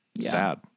Sad